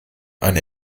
eine